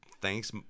thanks